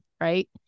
right